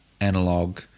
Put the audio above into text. analog